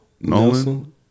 Nolan